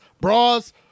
bras